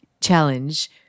challenge